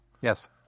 Yes